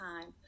time